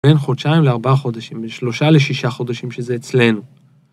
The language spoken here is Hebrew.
בין חודשיים לארבעה חודשים, שלושה לשישה חודשים שזה אצלנו.